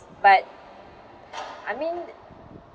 but I mean